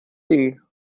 ding